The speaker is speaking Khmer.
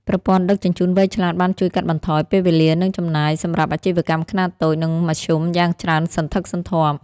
ប្រព័ន្ធដឹកជញ្ជូនវៃឆ្លាតបានជួយកាត់បន្ថយពេលវេលា និងចំណាយសម្រាប់អាជីវកម្មខ្នាតតូច និងមធ្យមយ៉ាងច្រើនសន្ធឹកសន្ធាប់។